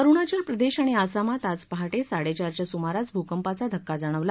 अरुणाचल प्रदेश आणि आसामात आज पहाटे साडेचारच्या सुमारास भूकंपाचा धक्का जाणवला